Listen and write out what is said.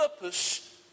purpose